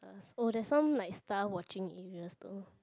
oh there's some like star watching areas though